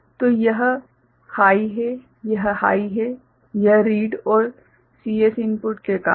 तो यह हाइ है यह हाइ है इस रीड और CS इनपुट के कारण